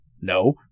No